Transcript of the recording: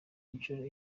inshuro